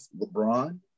LeBron